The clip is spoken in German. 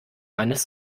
meines